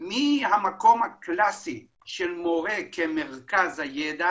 מהמקום הקלאסי של מורה כמרכז הידע